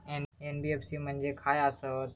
NBFC म्हणजे खाय आसत?